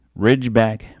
Ridgeback